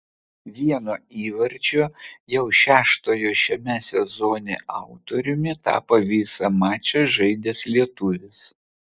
vieno įvarčio jau šeštojo šiame sezone autoriumi tapo visą mačą žaidęs lietuvis